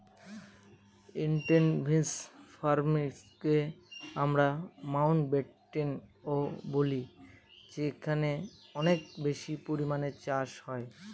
intensive ফার্মিংকে আমরা মাউন্টব্যাটেনও বলি যেখানে অনেক বেশি পরিমানে চাষ হয়